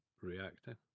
reacting